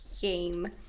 game